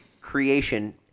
creation